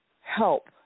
help